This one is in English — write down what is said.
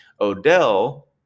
Odell